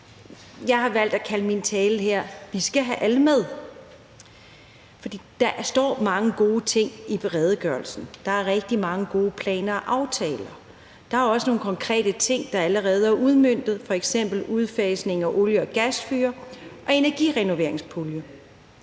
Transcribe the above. Jeg har valgt at kalde min tale her for: Vi skal have alle med. For der står mange gode ting i redegørelsen – der er rigtig mange gode planer og aftaler, og der er også nogle konkrete ting, der allerede er udmøntet, f.eks. udfasningen af olie- og gasfyr og en energirenoveringspulje